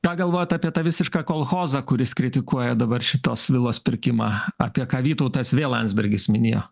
ką galvojat apie tą visišką kolchozą kuris kritikuoja dabar šitos vilos pirkimą apie ką vytautas vė landsbergis minėjo